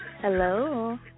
Hello